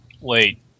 Wait